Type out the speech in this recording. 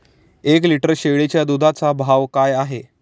एक लिटर शेळीच्या दुधाचा भाव काय आहे?